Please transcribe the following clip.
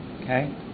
Okay